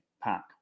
pack